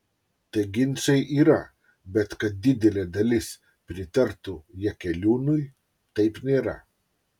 tai ginčai yra bet kad didelė dalis pritartų jakeliūnui taip nėra